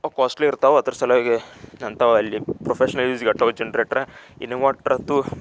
costly ಇರ್ತವೆ ಅದ್ರ ಸಲುವಾಗಿ ಅಂಥವು ಅಲ್ಲಿ ಪ್ರೊಫೆಷನಲ್ ಯೂಸ್ ಅಥ್ವಾ ಜನ್ರೇಟ್ರ ಇನ್ವರ್ಟರ್ ಅಂತೂ